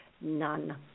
None